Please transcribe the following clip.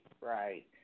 right